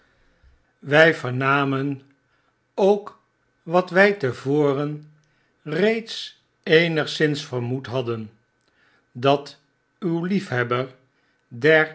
wjj vernamen ook wat wy te voren reeds eenigszins vermoed hadden dat uw liefhebber